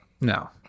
no